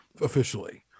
officially